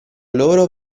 loro